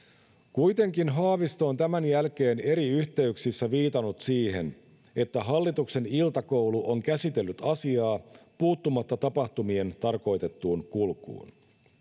kuitenkin haavisto on tämän jälkeen eri yhteyksissä viitannut siihen että hallituksen iltakoulu on käsitellyt asiaa puuttumatta tapahtumien tarkoitettuun kulkuun